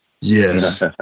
Yes